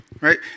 Right